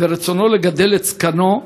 ורצונו לגדל את זקנו,